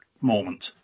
moment